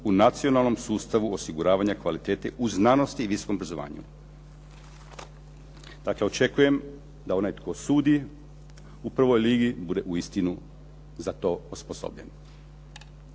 u Nacionalnom sustavu osiguravanja kvalitete u znanosti i visokom obrazovanju.". Dakle, očekujem da onaj tko sudi u prvoj ligi bude uistinu za to osposobljen.